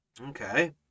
okay